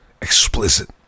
explicit